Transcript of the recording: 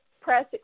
Press